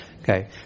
Okay